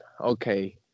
Okay